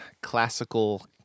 classical